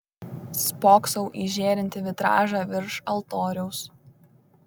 spoksau į žėrintį vitražą virš altoriaus